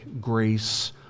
grace